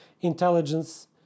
intelligence